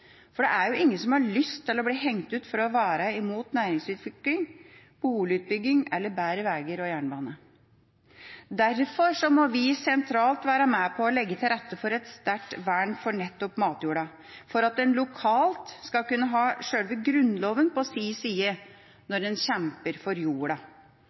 Det er jo ingen som har lyst til å bli hengt ut for å være imot næringsutvikling, boligutbygging eller bedre veier og jernbane. Derfor må vi sentralt være med på å legge til rette for et sterkt vern for nettopp matjorda, for at en lokalt skal kunne ha sjølve Grunnloven på sin side når en kjemper for jorda.